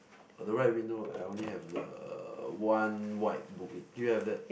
on the right window I only have the one white book do you have that